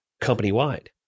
company-wide